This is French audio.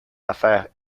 affaires